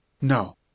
No